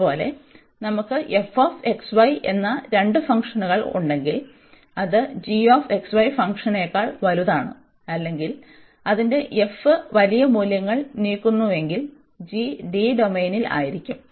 അതുപോലെ നമുക്ക് എന്ന രണ്ട് ഫംഗ്ഷനുകൾ ഉണ്ടെങ്കിൽ അത് ഫംഗ്ഷനേക്കാൾ വലുതാണ് അല്ലെങ്കിൽ അതിന്റെ f വലിയ മൂല്യങ്ങൾ നീക്കുന്നുവെങ്കിൽ g D ഡൊമെയ്നിൽ ആയിരിക്കും